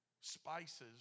spices